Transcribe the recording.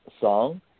song